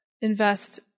invest